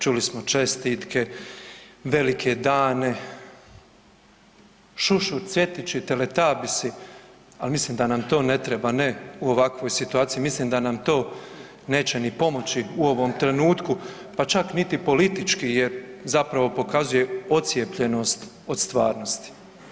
Čuli smo čestitke, velike dane, šušur, cvjetići i teletabisi, al mislim da nam to ne treba, ne u ovakvoj situaciji, mislim da nam to neće ni pomoći u ovom trenutku, pa čak niti politički jer zapravo pokazuje odcijepljenost od stvarnosti.